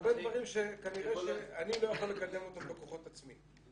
והרבה דברים שכנראה שאני לא יכול לקדם אותם בכוחות עצמי,